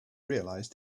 realise